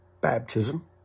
baptism